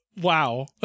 wow